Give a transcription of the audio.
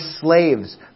slaves